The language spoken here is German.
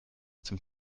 dem